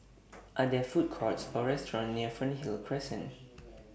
Are There Food Courts Or restaurants near Fernhill Crescent